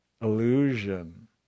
illusion